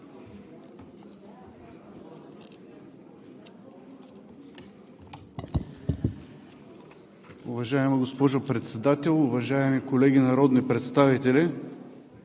уважаема госпожо Председател. Уважаеми народни представители!